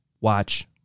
watch